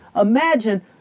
Imagine